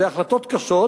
אלה החלטות קשות,